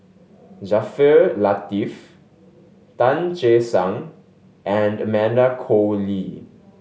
Jaafar Latiff Tan Che Sang and Amanda Koe Lee